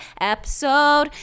episode